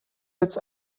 als